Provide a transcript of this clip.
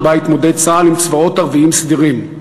שבה התמודד צה"ל עם צבאות ערביים סדירים.